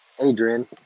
Adrian